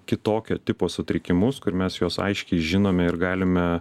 kitokio tipo sutrikimus kur mes juos aiškiai žinome ir galime